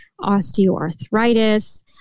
osteoarthritis